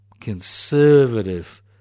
conservative